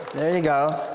there you go.